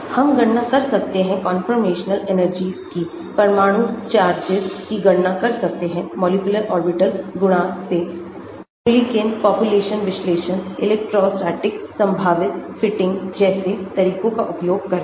हम गणना कर सकते हैं कंफर्मेशनल एनर्जी की परमाणु चार्जेस की गणना कर सकते हैं मॉलिक्यूलर ऑर्बिटल गुणक से मुल्लिकेन पापुलेशन विश्लेषण इलेक्ट्रोस्टैटिक संभावित फिटिंग जैसे तरीकों का उपयोग करके